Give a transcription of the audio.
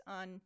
on